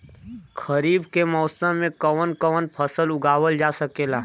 खरीफ के मौसम मे कवन कवन फसल उगावल जा सकेला?